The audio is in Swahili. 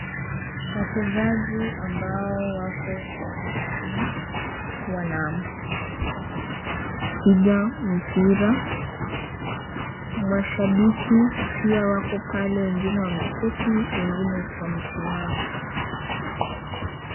Wachezaji ambao wako uwanjani wanapiga mpira ,mashabiki pia wako pale wengine wameketi wengine wamesimama.